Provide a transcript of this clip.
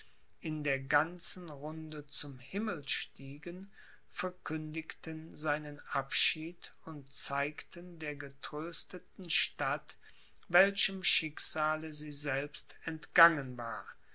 in der ganzen runde zum himmel stiegen verkündigten seinen abschied und zeigten der getrösteten stadt welchem schicksale sie selbst entgangen war